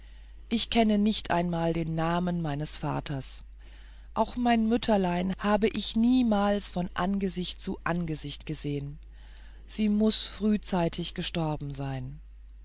ich kenne nicht einmal den namen meines vaters auch mein mütterlein habe ich niemals von angesicht zu angesicht gesehen sie muß frühzeitig gestorben sein